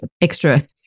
extra